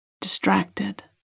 distracted